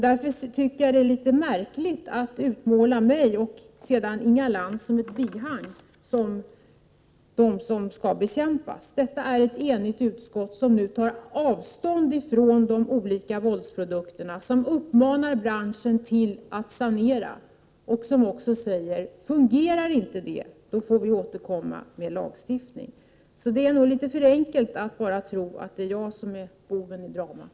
Därför tycker jag att det är litet märkligt att framställa mig, och Inga Lantz som ett bihang, som de som skall bekämpas. Det är alltså ett enigt utskott som nu tar avstånd från de olika våldsprodukterna, som uppmanar branschen att sanera, och som också säger: Fungerar inte det, får vi återkomma med lagstiftning. Så det är nog litet för enkelt att tro att det är jag som är boven i dramat.